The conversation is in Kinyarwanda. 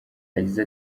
yagize